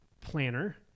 planner